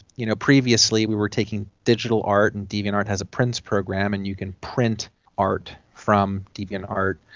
you know previously we were taking digital art, and deviantart has a prints program and you can print art from deviantart,